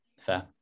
Fair